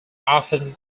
often